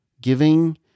giving